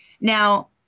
Now